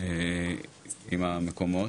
עם המקומות,